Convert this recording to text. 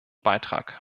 beitrag